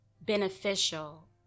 beneficial